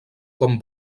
com